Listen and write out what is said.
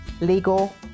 legal